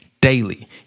daily